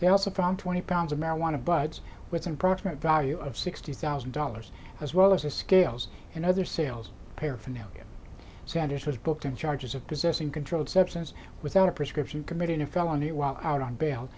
they also found twenty pounds of marijuana buds with an approximate value of sixty thousand dollars as well as the scales and other sales paraphernalia sanders was booked on charges of possessing controlled substance without a prescription committing a felony while out on bail